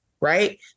right